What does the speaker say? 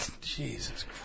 Jesus